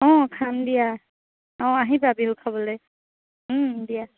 অঁ খাম দিয়া অঁ আহিবা বিহু খাবলৈ দিয়া